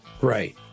Right